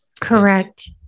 Correct